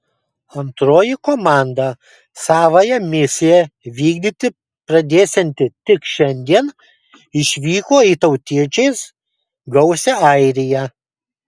antroji komanda savąją misiją vykdyti pradėsianti tik šiandien išvyko į tautiečiais gausią airiją